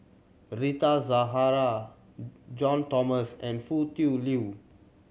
Rita Zahara John and Foo Tui Liew